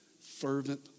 fervent